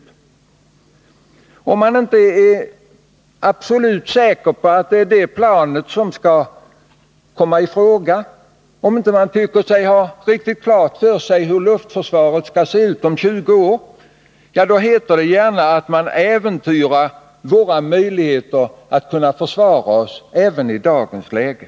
Onsdagen den Mot den som inte är absolut säker på att det är just det planet som skall 10 december 1980 komma i fråga och som inte tycker sig vara fullt på det klara med hur luftförsvaret skall se ut om 20 år sägs det gärna, att en sådan inställning Besparingar inom äventyrar våra möjligheter att försvara oss även i dagens läge.